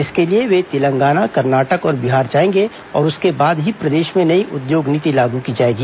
इसके लिए वे तेलंगाना कर्नाटक और बिहार जाएंगे और उसके बाद ही प्रदेश में नई उद्योग नीति लागू की जाएगी